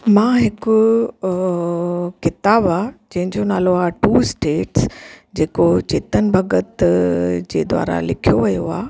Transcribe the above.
मां हिकु किताबु आहे जंहिजो नालो आहे टू स्टेट्स जेको चेतन भॻत जे द्वारा लिख्यो वयो आहे